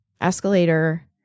escalator